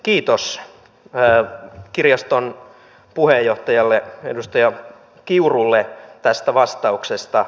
kiitos kirjaston puheenjohtajalle edustaja kiurulle tästä vastauksesta